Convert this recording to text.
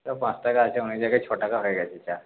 পাঁচ টাকা আছে অনেক জায়গায় ছ টাকা হয়ে গেছে চা